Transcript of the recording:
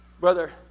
Brother